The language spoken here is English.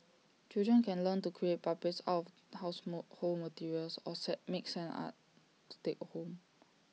children can learn to create puppets out of household materials or make sand art to take home